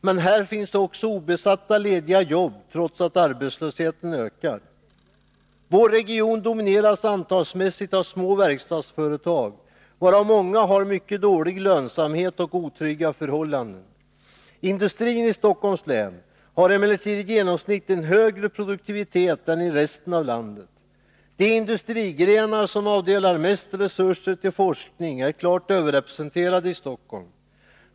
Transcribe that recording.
Men här finns också obesatta lediga jobb trots att arbetslösheten ökar. Vår region domineras — om man ser till antalet — av små verkstadsföretag, av vilka många har en mycket dålig lönsamhet och otrygga förhållanden. Industrin i Stockholms län har emellertid i genomsnitt en högre produktivitet än industrin i resten av landet. De industrigrenar som avsätter mest av resurser till forskning är klart överrepresenterade i Stockholm.